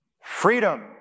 Freedom